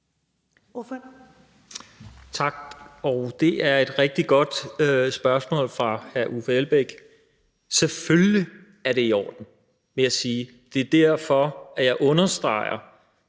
Tak. Det er et rigtig godt spørgsmål fra hr. Uffe Elbæk. Selvfølgelig er det i orden, vil jeg sige. Det er derfor, jeg understreger,